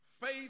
Faith